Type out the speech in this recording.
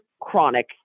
chronic